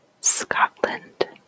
Scotland